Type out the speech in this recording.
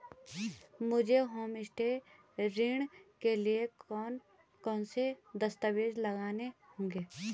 मुझे होमस्टे ऋण के लिए कौन कौनसे दस्तावेज़ लगाने होंगे?